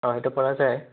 অঁ সেইটো পৰা যায়